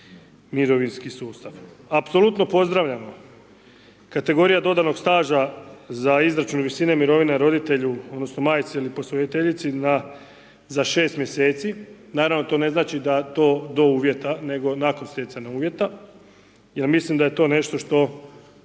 mirovinski sustav. Apsolutno pozdravljamo, kategorija dodanog staža za izračun visine mirovine roditelju odnosno majci ili posvojiteljici na za 6 mj., naravno to ne znači da to do uvjeta, nego nakon stjecanja uvjeta jer mislim da je to nešto što